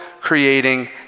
creating